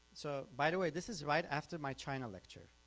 so by the way, this is right after my china lecture.